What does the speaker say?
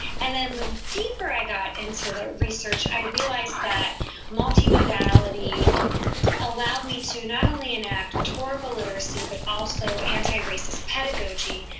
and then the deeper i got into the research, i realized that multimodality allowed me to not only enact rhetorical literacy, but also anti-racist pedagogy,